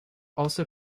also